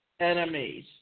enemies